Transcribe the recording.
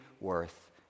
worth